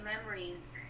memories